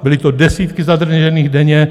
Byly to desítky zadržených denně.